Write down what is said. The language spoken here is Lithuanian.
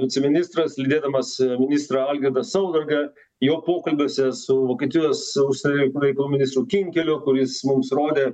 viceministras lydėdamas ministrą algirdą saudargą jo pokalbiuose su vokietijos užsienio reikalų ministru kinkeliu kuris mums rodė